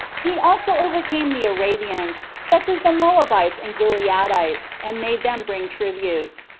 he also overcame the arabians, such as the moabites and gileadites, and made them bring tribute.